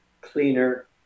cleaner